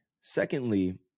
Secondly